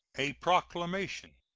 a proclamation.